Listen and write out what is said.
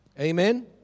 Amen